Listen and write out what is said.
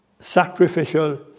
Sacrificial